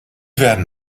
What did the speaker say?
werden